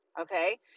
Okay